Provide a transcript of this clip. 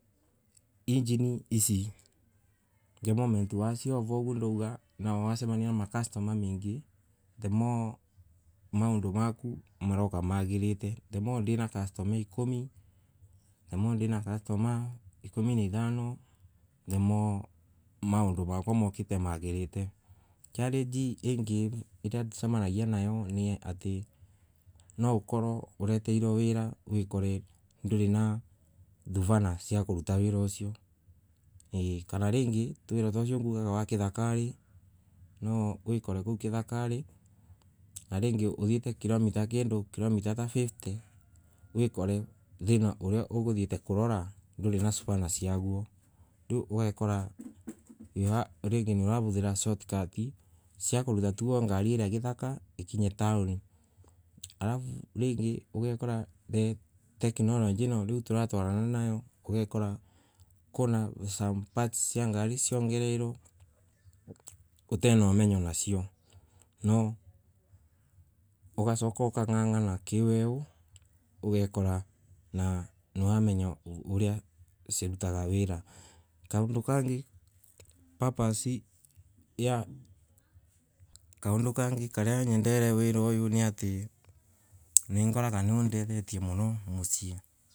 Injini ici the moment waciova uguo nuuga wacemania na macustomer mengi. the more maundu maku marauka magirite. The more ndina customer ikumi. the more ndina cudtomer ikumi na ithano. the more maundu makwa maukite magirite. Challenge ingi na tucemaragia nayo. ni ati naukorwo ureteirwe wira ukorwe ndwina thuvana cia kuruta wira ucio ii. Kama ringi wira taucio mbugaga wa kithakari no wikore kuu kithakari na ringi uthieta kilomita kindu ta fifty. wikore thina uria urathieta kurora nduri na spana cia guo. Riu ugekora ta ringi muravuthira short cut- i cia kuruta ngari iyo yume githaka ikinye tauni. Alafu ringi ugakora technology ino nju turatwarana nayo ugakora kwina some parts cia ngari ciongereirwo utena umenyo nacio. Noo ugacoka ukang’ang’ana kiweu ugakora niuramenya uria cirutaga wira. Kaundu kenmgi purpose i ya kaundu kengi karia nyendeire wira uyu ni ati ningoraga niundethetie muno mucii.